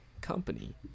company